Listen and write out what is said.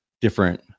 different